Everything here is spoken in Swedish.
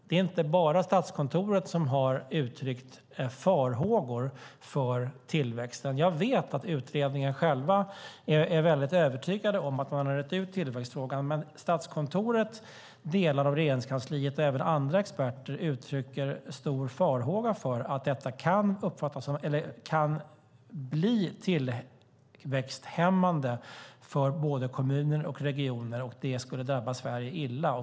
Det är inte bara Statskontoret som har uttryckt farhågor för tillväxten. Jag vet att man i utredningen är övertygad om att man har utrett tillväxtfrågan, men Statskontoret, delar av Regeringskansliet och även andra experter uttrycker en stor farhåga för att detta kan bli tillväxthämmande för både kommuner och regioner. Det skulle drabba Sverige illa.